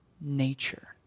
nature